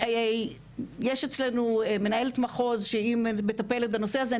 יש אצלנו מנהלת מחוז שהיא מטפלת בנושא הזה,